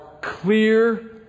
clear